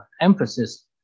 emphasis